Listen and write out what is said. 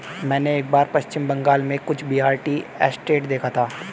मैंने एक बार पश्चिम बंगाल में कूच बिहार टी एस्टेट देखा था